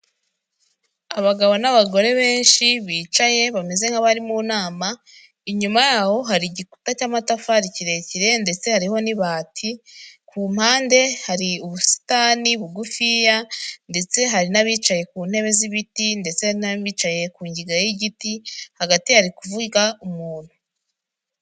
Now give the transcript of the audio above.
Abagabo n'abagore benshi bicaye bameze nk'abari mu nama, inyuma yaho hari igikuta cy'amatafari kirekire ndetse hariho n'ibati, ku mpande hari ubusitani bugufiya ndetse hari n'abicaye ku ntebe z'ibiti ndetse n'abicaye ku ngiga y'igiti hagati hari kuvuga umuntu.